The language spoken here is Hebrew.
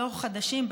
לא חדשים,